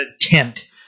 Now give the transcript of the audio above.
tent